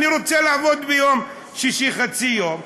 אני רוצה לעבוד ביום שישי חצי יום,